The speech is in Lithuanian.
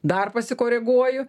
dar pasikoreguoju